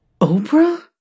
Oprah